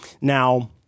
Now